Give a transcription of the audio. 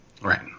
Right